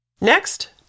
Next